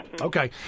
Okay